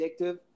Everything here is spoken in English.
addictive